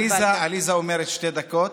עליזה אומרת: שתי דקות.